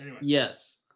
yes